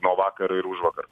nuo vakar ir užvakar